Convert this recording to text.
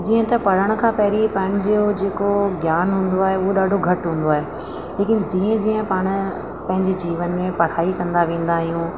जीअं त पढ़ण खां पहिरीं पंहिंजो जे को ज्ञान हूंदो आहे हू ॾाढो घटि हूंदो आहे लेकिन जीअं जीअं पाण पंहिंजे जीवन में पढ़ाई कंदा वेंदा आहियूं